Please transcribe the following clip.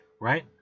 Right